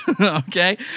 okay